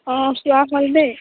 অঁ চোৱা হ'ল দেই